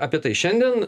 apie tai šiandien